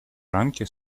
рамки